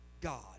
God